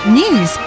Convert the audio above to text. news